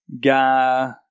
guy